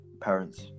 parents